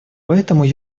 поэтому